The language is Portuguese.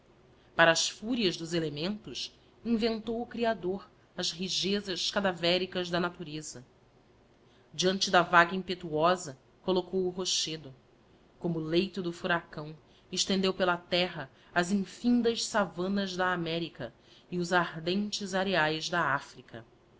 para as fúrias dos elementos inventou o creador as rijezas cadavéricas da natureza diante da vaga impetuosa collocou o rochedo como leito do furacílo estendeu pela terra as infindas savanas da america e os ardentes areaes da africa